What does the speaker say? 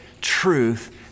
truth